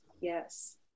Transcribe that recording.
yes